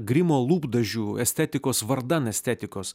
grimo lūpdažių estetikos vardan estetikos